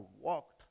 walked